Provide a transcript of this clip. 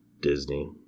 Disney